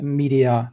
media